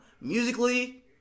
Musically